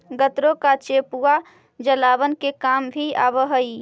गन्ने का चेपुआ जलावन के काम भी आवा हई